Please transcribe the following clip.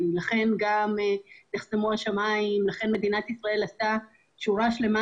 לכן נחסמו השמיים ולכן מדינת ישראל עשתה עוד שורה שלמה